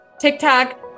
tiktok